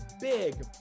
big